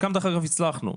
חלקם אגב הצלחנו,